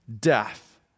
death